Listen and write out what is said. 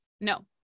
no